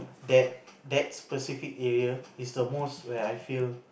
that that specific area is the most where I feel